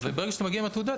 וברגע שאתה מגיע עם התעודה,